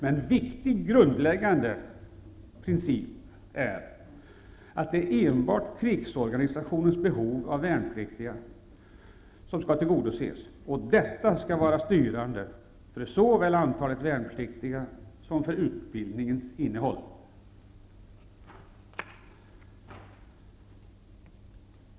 En viktig och grundläggande princip är att det enbart är krigsorganisationens behov av värnpliktiga som skall tillgodoses. Det skall vara styrande för såväl antalet värnpliktiga som för utbildningens innehåll.